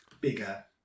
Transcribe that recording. bigger